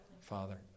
Father